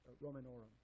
Romanorum